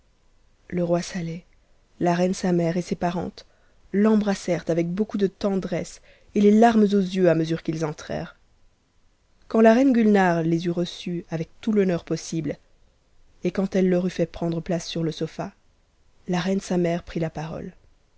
le roi saleh la reine s mère et ses parentes l'embrassèrent avec beaucoup de tendresse et tf's tarmes aux yeux à mesure qu'ils entrèrent quand la reine guhmre les eut reçus avec tout l'honneur possible quand elle leur eut fait prendre place sur le sofa la reine sa mère prit h parole